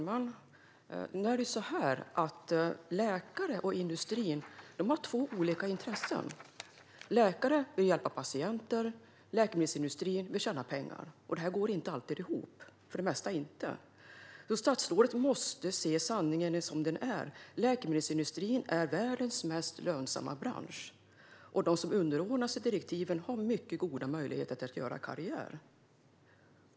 Herr talman! Läkarna och industrin har två olika intressen. Läkare vill hjälpa patienter. Läkemedelsindustrin vill tjäna pengar. Detta går inte alltid ihop; för det mesta går det inte ihop. Statsrådet måste därför se sanningen som den är: Läkemedelsindustrin är världens mest lönsamma bransch, och de som underordnar sig direktiven har mycket goda möjligheter att göra karriär.